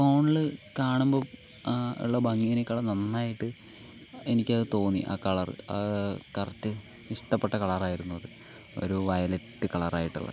ഫോണിൽ കാണുമ്പോൾ ഉള്ള ഭംഗിയിലേക്കാളും നന്നായിട്ട് എനിക്കത് തോന്നി ആ കളർ കറക്റ്റ് ഇഷ്ടപ്പെട്ട കളറായിരുന്നു അത് ഒരു വയലറ്റ് കളറായിട്ടുള്ള